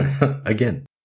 Again